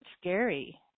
scary